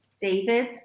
David